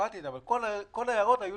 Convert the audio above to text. המשוכות ולא השארתם לנו ברירה אלא להגיע